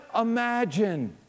imagine